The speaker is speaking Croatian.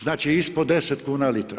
Znači ispod 10 kuna litra.